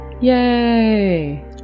Yay